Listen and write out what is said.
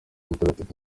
mutagatifu